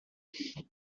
یکی